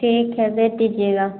ठीक है दे दीजिएगा